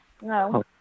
No